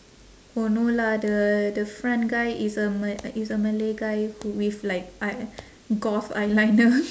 oh no lah the the front guy is a ma~ is a malay guy who with like eye~ goth eyeliner